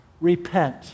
repent